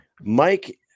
Mike